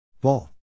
ball